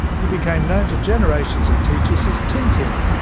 he became known to generations of teachers as tin tin,